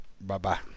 bye-bye